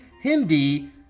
Hindi